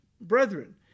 brethren